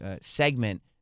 segment